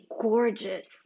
gorgeous